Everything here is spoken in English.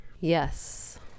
Yes